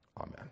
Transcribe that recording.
Amen